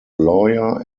lawyer